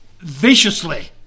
viciously